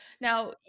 Now